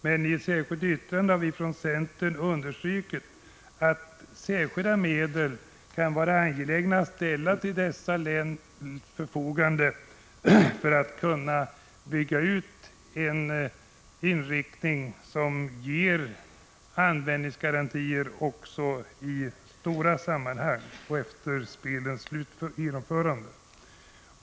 Meni ett särskilt yttrande har vi från centern understrukit att det är angeläget att ställa särskilda medel till dessa läns förfogande, så att utbyggnaderna kan få en inriktning som garanterar vida möjligheter till utnyttjande även efter spelens genomförande.